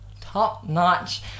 top-notch